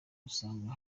usanga